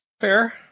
Fair